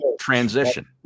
transition